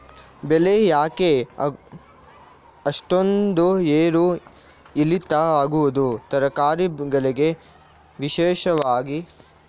ಬೆಳೆ ಯಾಕೆ ಅಷ್ಟೊಂದು ಏರು ಇಳಿತ ಆಗುವುದು, ತರಕಾರಿ ಗಳಿಗೆ ವಿಶೇಷವಾಗಿ?